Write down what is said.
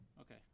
Okay